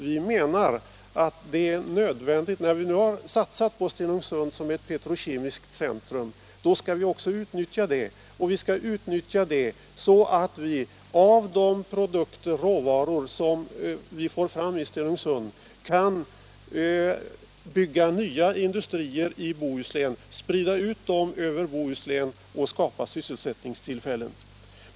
Vi menar att det är nödvändigt, när vi nu har satsat på Stenungsund Om lika lön för lika arbete oavsett ålder som ett petrokemiskt centrum, att också utnyttja det så att vi av de råvaror som vi får fram vid Stenungsund kan bygga nya industrier, sprida ut dem över Bohuslän och skapa sysselsättningstillfällen.